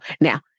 Now